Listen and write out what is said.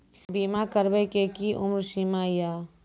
बीमा करबे के कि उम्र सीमा या?